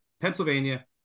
Pennsylvania